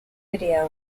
video